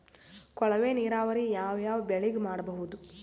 ಕೊಳವೆ ನೀರಾವರಿ ಯಾವ್ ಯಾವ್ ಬೆಳಿಗ ಮಾಡಬಹುದು?